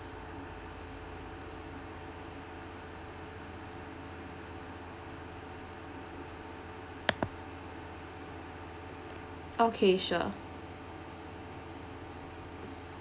okay sure